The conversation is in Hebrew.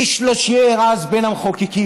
איש לא שיער אז, בין המחוקקים,